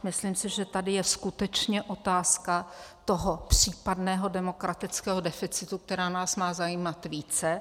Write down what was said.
Myslím si, že tady je skutečně otázka toho případného demokratického deficitu, která nás má zajímat více.